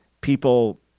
people